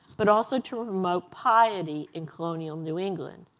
but also to promote piety in colonial new england.